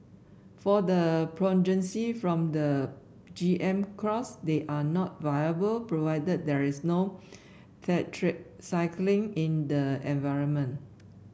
for the progeny's from the G M cross they are not viable provided there is no tetracycline in the environment